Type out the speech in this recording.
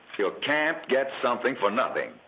you can't get something for nothing.